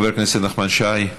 חבר הכנסת נחמן שי.